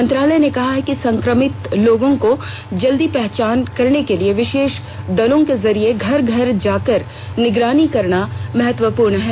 मंत्रालय ने कहा है कि संक्रमित लोगों की जल्द पहचान करने के लिए विशेष दलों के जरिए घर घर जाकर निगरानी करना महत्वपूर्ण है